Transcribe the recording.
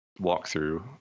walkthrough